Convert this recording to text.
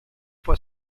può